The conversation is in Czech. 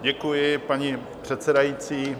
Děkuji, paní předsedající.